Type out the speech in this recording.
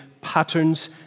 patterns